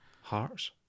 Hearts